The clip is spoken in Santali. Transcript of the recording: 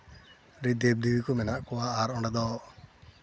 ᱟᱹᱰᱤ ᱫᱮᱵ ᱫᱮᱵᱤ ᱠᱚ ᱢᱮᱱᱟᱜ ᱠᱚᱣᱟ ᱟᱨ ᱚᱸᱰᱮ ᱫᱚ